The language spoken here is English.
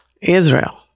Israel